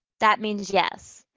that means yes.